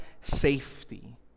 safety